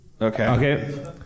Okay